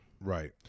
Right